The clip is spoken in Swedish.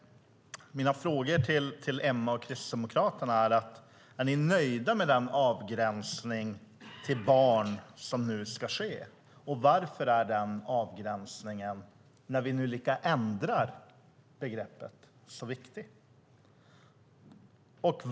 Mina frågor till Emma och Kristdemokraterna är: Är ni nöjda med den avgränsning till barn som nu ska ske? Varför är den avgränsningen, när vi nu ändrar begreppet, så viktig?